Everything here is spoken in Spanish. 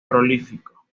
prolífico